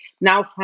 now